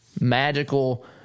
magical